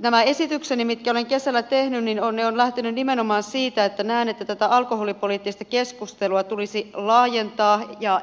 nämä esitykseni mitkä olen kesällä tehnyt ovat lähteneet nimenomaan siitä että näen että tätä alkoholipoliittista keskustelua tulisi laajentaa